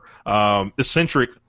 Eccentric